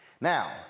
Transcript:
Now